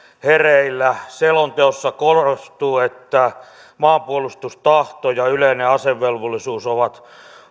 hereillä selonteossa korostuu että maanpuolustustahto ja yleinen asevelvollisuus ovat